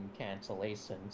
cancellations